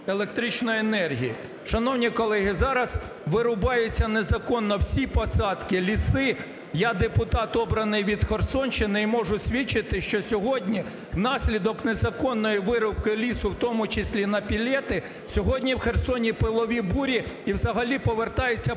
електричної енергії. Шановні колеги, зараз вирубаються незаконно всі посадки, ліси. Я – депутат, обраний від Херсонщини, і можу свідчити, що сьогодні внаслідок незаконної вирубки лісу, у тому числі і на пелети, сьогодні у Херсоні – пилові бурі, і взагалі повертається пустеля